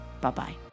Bye-bye